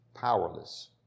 powerless